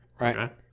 right